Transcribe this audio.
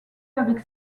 avec